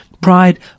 Pride